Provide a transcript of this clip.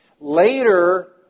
Later